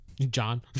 John